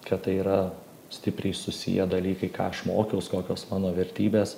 kad tai yra stipriai susiję dalykai ką aš mokiaus kokios mano vertybės